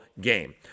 game